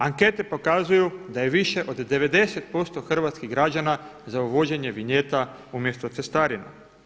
Ankete pokazuju da je više od 90% hrvatskih građana za uvođenje vinjeta umjesto cestarina.